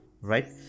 Right